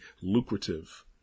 lucrative